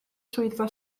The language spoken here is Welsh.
swyddfa